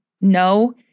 no